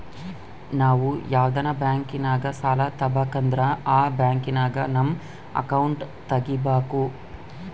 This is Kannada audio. ನಾವು ಯಾವ್ದನ ಬ್ಯಾಂಕಿನಾಗ ಸಾಲ ತಾಬಕಂದ್ರ ಆ ಬ್ಯಾಂಕಿನಾಗ ನಮ್ ಅಕೌಂಟ್ ತಗಿಬಕು